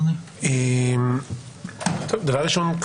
דבר ראשון,